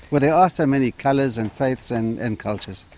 where there are so many colours and faiths and and cultures.